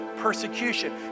persecution